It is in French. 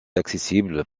accessible